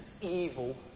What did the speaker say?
evil